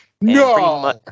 No